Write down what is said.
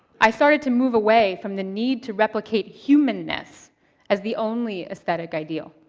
i started to move away from the need to replicate human-ness as the only aesthetic ideal.